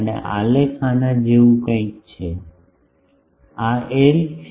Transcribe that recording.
અને આલેખ આના જેવું કંઇક છે આ એલ છે